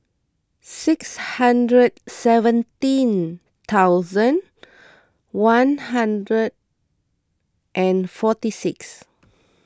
six hundred seventeen thousand one hundred and forty six